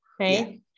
Right